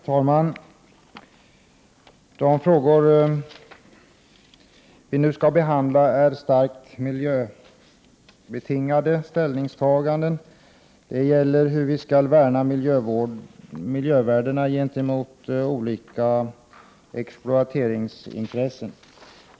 Herr talman! De frågor vi nu skall behandla föranleder starkt miljöbetingade ställningstaganden. Det gäller hur vi skall värna om miljövärdena gentemot olika exploateringsintressen.